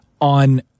on